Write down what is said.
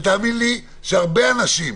תאמינו לי, אצל הרבה אנשים,